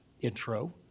intro